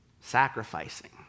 Sacrificing